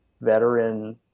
Veteran